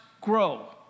grow